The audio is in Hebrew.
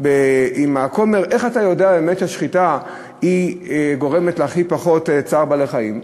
עם הכומר: איך אתה יודע באמת שהשחיטה גורמת להכי פחות צער בעלי-חיים?